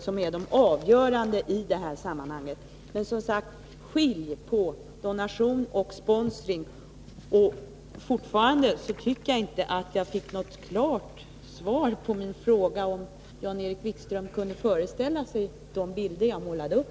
som är de avgörande i sammanhanget. Men, som sagt, skilj på donation och sponsring! Jag tycker fortfarande inte att jag fick något klart svar på min fråga om Jan-Erik Wikström kunde föreställa sig de bilder jag målade upp.